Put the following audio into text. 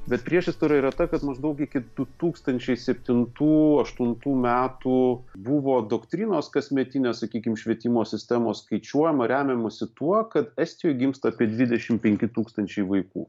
bet priešistorė yra ta kad maždaug iki du tūkstančiai septintų aštuntų metų buvo doktrinos kasmetinės sakykim švietimo sistemos skaičiuojama remiamasi tuo kad estijoj gimsta apie dvidešim penki tūkstančiai vaikų